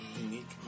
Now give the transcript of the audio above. Unique